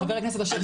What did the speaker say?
חבר הכנסת אשר,